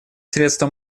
средства